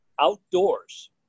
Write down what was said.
outdoors